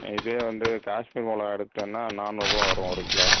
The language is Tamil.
இதே வந்து காஷ்மீர் மிளகா எடுத்துகிட்டோன்னா நானூறுரூவா வரும் ஒரு கிலோ